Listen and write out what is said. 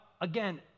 again